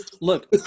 Look